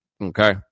okay